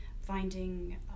finding